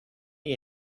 you